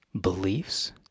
beliefs